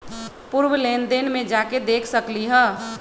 पूर्व लेन देन में जाके देखसकली ह?